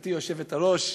גברתי היושבת-ראש,